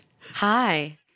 Hi